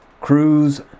Cruise